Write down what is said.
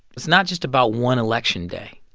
it's not just about one election day.